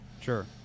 sure